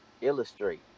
illustrate